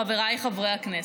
חבריי חברי הכנסת,